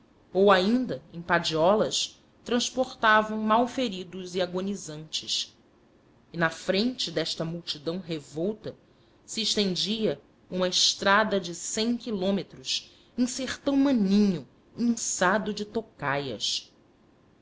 ou ainda em padiolas transportavam malferidos e agonizantes e na frente desta multidão revolta se estendia uma estrada de cem quilômetros em sertão maninho inçado de tocaias